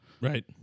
Right